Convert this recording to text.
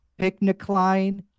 Picnicline